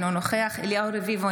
אינו נוכח אליהו רביבו,